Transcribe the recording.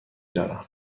دارم